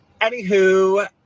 anywho